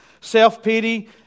self-pity